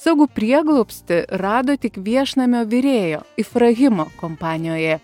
saugų prieglobstį rado tik viešnamio virėjo ibrahimo kompanijoje